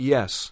Yes